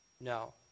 No